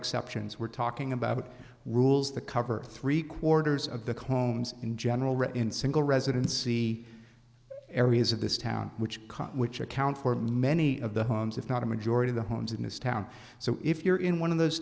exceptions we're talking about rules the cover three quarters of the homes in general in single residency areas of this town which cost which account for many of the homes if not a majority of the homes in this town so if you're in one of those